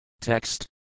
Text